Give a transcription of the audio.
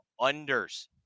unders